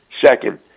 Second